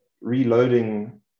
reloading